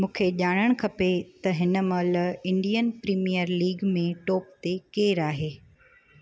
मुखे ॼाणण खपे त हिन महिल इंडियन प्रीमियर लीग में टॉप ते केरु आहे